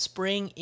Spring